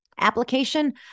application